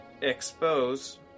expose